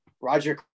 Roger